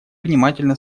внимательно